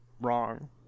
wrong